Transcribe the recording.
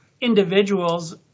individuals